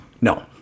No